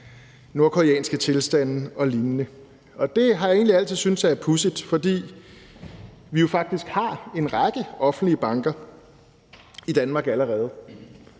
nordkoreanske tilstande og lignende. Det har jeg egentlig altid syntes var pudsigt, fordi vi jo faktisk har en række offentlige banker i Danmark allerede: